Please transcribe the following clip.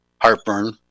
heartburn